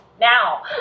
now